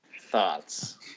Thoughts